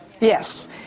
Yes